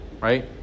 right